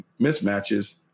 mismatches